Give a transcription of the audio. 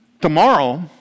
tomorrow